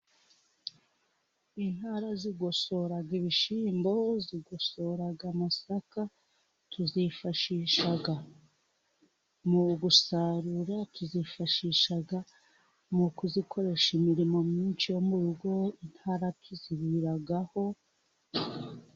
Intara zigosora ibishyimbo, zigosora amasaka, tuzifashisha mugusarura, tuzifashisha mu kuzikoresha imirimo myinshi yo mu rugo intara tuziriraho.